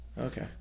Okay